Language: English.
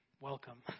Welcome